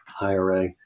IRA